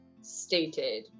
stated